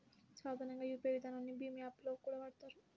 సాధారణంగా యూపీఐ విధానాన్ని భీమ్ యాప్ లో కూడా వాడతారు